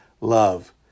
love